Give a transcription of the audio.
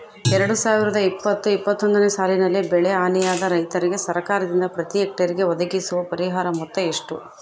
ಎರಡು ಸಾವಿರದ ಇಪ್ಪತ್ತು ಇಪ್ಪತ್ತೊಂದನೆ ಸಾಲಿನಲ್ಲಿ ಬೆಳೆ ಹಾನಿಯಾದ ರೈತರಿಗೆ ಸರ್ಕಾರದಿಂದ ಪ್ರತಿ ಹೆಕ್ಟರ್ ಗೆ ಒದಗುವ ಪರಿಹಾರ ಮೊತ್ತ ಎಷ್ಟು?